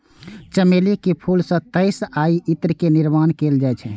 चमेली के फूल सं तेल आ इत्र के निर्माण कैल जाइ छै